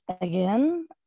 Again